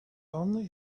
only